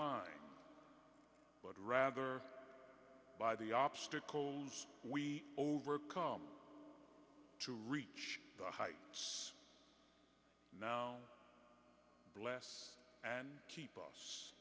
climb but rather by the obstacles we overcome to reach the heights now bless and keep us